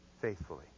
faithfully